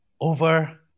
over